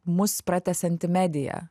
mus pratęsianti medija